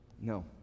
No